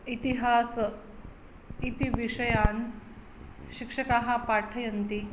इतिहासः इति विषयान् शिक्षकाः पाठयन्ति